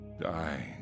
dying